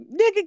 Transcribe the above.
Nigga